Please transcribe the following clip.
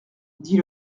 dit